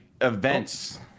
Events